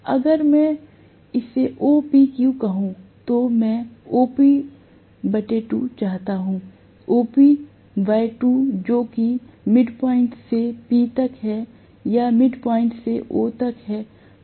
अगर मैं इसे OPQ कहूं तो मैं OP2 चाहता हूं OP2 जो कि मिडपॉइंट से P तक है या मिडपॉइंट से O तक है